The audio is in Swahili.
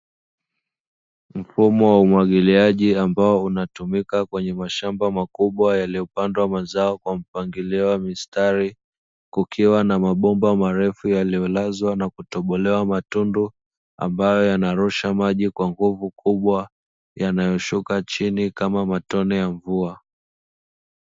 Mfumo wa umwagiliaji ambao unatumika kwenye mashamba makubwa yaliyopandwa mazao kwa mpangilio wa mistari, kukiwa na mabomba marefu yaliyolazwa na kutobolewa matundu ambayo yanarusha maji kwa nguvu kubwa yanayoshuka chini kama matone ya mvua.